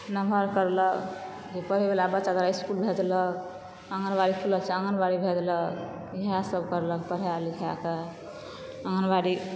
नमहर करलक जे पढ़ैबला बच्चा रहल तकरा इस्कूल भेजलक आङ्गनबाड़ी खुलल छै आङ्गनबाड़ी भेजलक इएह सब करलक पढ़ाए लिखाएकऽ आङ्गनबाड़ी